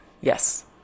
yes